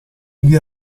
gli